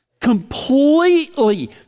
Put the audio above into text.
completely